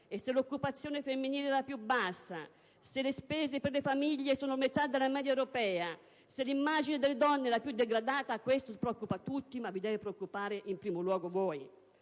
e se l'occupazione femminile è la più bassa, se le spese per le famiglie sono la metà della *media* europea, se l'immagine della donna è la più degradata, deve preoccupare tutti, ma in primo luogo voi.